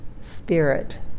spirit